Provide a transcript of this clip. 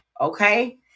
okay